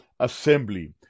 Assembly